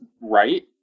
right